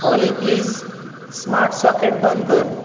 Ollie please smart socket बंद कर